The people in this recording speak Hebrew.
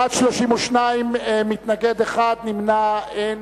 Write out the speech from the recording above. בעד, 32, מתנגד אחד, אין נמנעים.